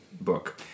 book